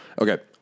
Okay